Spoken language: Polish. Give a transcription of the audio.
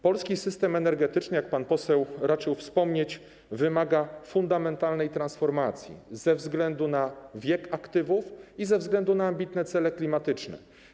Polski system energetyczny, jak pan poseł raczył wspomnieć, wymaga fundamentalnej transformacji ze względu na wiek aktywów i ze względu na ambitne cele klimatyczne.